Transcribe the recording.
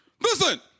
Listen